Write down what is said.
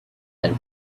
and